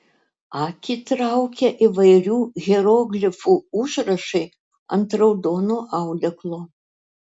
akį traukia įvairių hieroglifų užrašai ant raudono audeklo